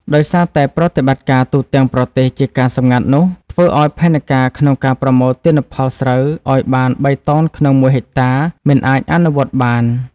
ដោយសារតែប្រតិបត្តិការទូទាំងប្រទេសជាការសម្ងាត់នោះ ធ្វើឱ្យផែនការក្នុងការប្រមូលទិន្នផលស្រូវឱ្យបាន បីតោនក្នុងមួយហិកតាមិនអាចអនុវត្តបាន។